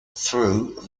through